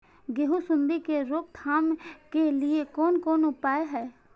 गेहूँ सुंडी के रोकथाम के लिये कोन कोन उपाय हय?